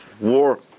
war